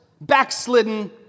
backslidden